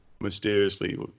mysteriously